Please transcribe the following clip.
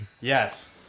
Yes